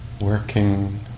working